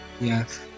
Yes